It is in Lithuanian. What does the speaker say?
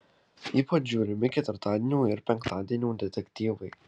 ypač žiūrimi ketvirtadienio ir penktadienio detektyvai